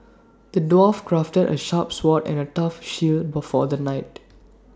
the dwarf crafted A sharp sword and A tough shield but for the knight